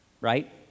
right